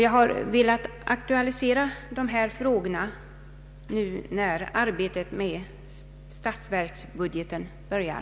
Jag har velat aktualisera dessa frågor nu när arbetet med statsverksbudgeten börjar.